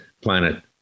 planet